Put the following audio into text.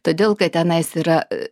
todėl kad tenais yra